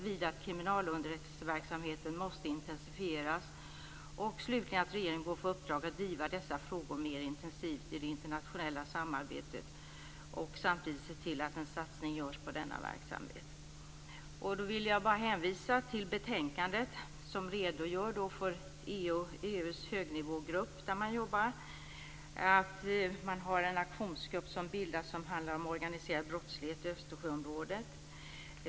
Vidare att kriminalunderrättelseverksamheten måste intensifieras och slutligen att regeringen bör få i uppdrag att driva dessa frågor mer intensivt i det internationella samarbetet och samtidigt se till att en satsning görs på denna verksamhet. Då vill jag bara hänvisa till betänkandet som redogör för EU:s högnivågrupp, där man jobbar med detta. Man har bildat en aktionsgrupp som behandlar organiserad brottslighet i Östersjöområdet.